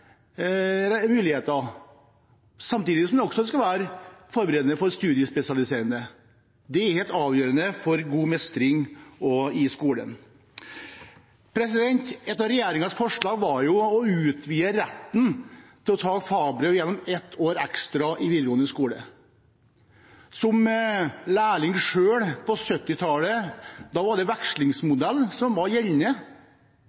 faglige muligheter. Samtidig skal det være forberedende for studiespesialiserende. Det er helt avgjørende for god mestring i skolen. Et av regjeringens forslag var å utvide retten til å ta fagbrev gjennom ett år ekstra i videregående skole. Da jeg selv var lærling på 1970-tallet, var det